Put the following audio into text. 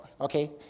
okay